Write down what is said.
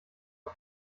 und